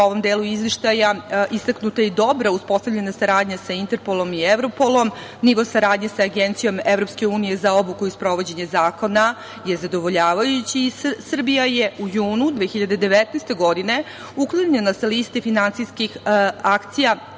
u ovom delu izveštaja istaknuta je i dobro uspostavljena saradnja sa Interpolom i Evropolom. Nivo saradnje sa Agencijom EU za obuku i sprovođenje zakona je zadovoljavajući. Srbija je u junu 2019. godine, uklonjena sa liste finansijskih akcija,